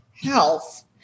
health